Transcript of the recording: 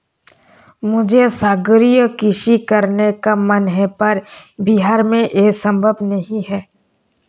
मुझे सागरीय कृषि करने का मन है पर बिहार में ये संभव नहीं है